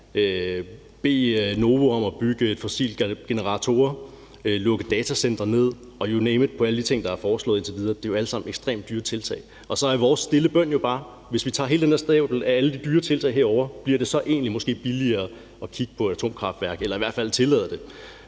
bede Novo om at bygge fossile generatorer, lukke datacentre ned, you name it. Alle de ting, der er blevet foreslået indtil videre, er alle sammen ekstremt dyre tiltag. Så er vores stille bøn bare, at hvis vi tager hele den her stabel af alle de dyre tiltag, bliver det så egentlig måske billigere at kigge på atomkraftværker eller i hvert fald tillade dem.